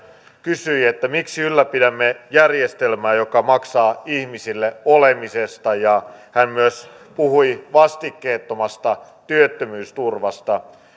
kysyi miksi ylläpidämme järjestelmää joka maksaa ihmisille olemisesta ja hän myös puhui vastikkeettomasta työttömyysturvasta